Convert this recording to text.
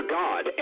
god